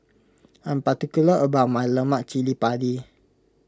I'm particular about my Lemak Cili Padi